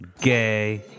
Gay